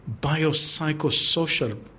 biopsychosocial